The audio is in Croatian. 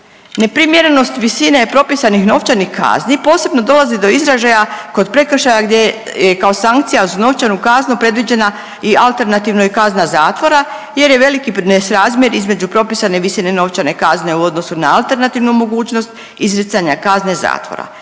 Neprimjerenost visine propisanih novčanih kazni posebno dolazi do izražaja kod prekršaja gdje je kao sankcija za novčanu kaznu predviđena i alternativno i kazna zatvora jer je veliki nesrazmjer između propisane visine novčane kazne u odnosu na alternativnu mogućnost izricanja kazne zatvora.